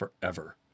forever